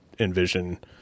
envision